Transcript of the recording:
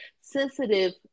sensitive